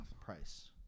Price